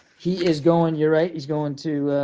he is going you're right he's going to